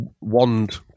wand